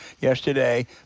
yesterday